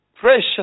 Precious